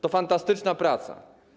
To fantastyczna praca.